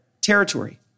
territory